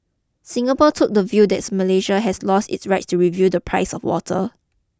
Singapore took the view that Malaysia had lost its right to review the price of water